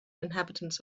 inhabitants